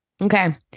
Okay